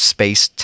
Space